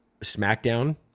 SmackDown –